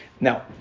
now